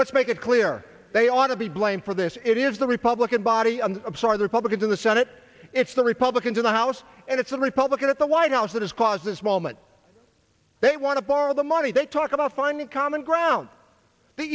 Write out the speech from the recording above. let's make it clear they ought to be blamed for this it is the republican body and i'm sorry the republicans in the senate it's the republicans in the house and it's a republican at the white house that has caused this moment they want to borrow the money they talk about finding common